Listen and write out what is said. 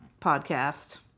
podcast